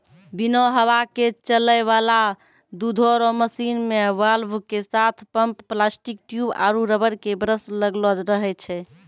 बिना हवा के चलै वाला दुधो रो मशीन मे वाल्व के साथ पम्प प्लास्टिक ट्यूब आरु रबर के ब्रस लगलो रहै छै